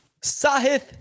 Sahith